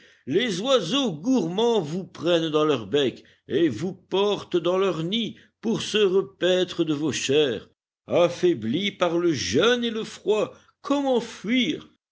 les oiseaux gourmands vous prennent dans leur bec et vous portent dans leur nid pour se repaître de vos chairs affaiblis par le jeûne et le froid comment fuir